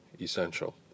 essential